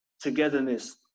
togetherness